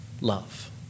love